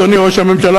אדוני ראש הממשלה,